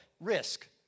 risk